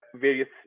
various